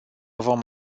vom